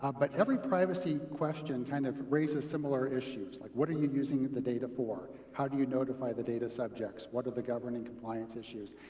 ah but every privacy question kind of raises similar issues, like, what are you using the data for how do you notify the data subjects what are the governing compliance issues?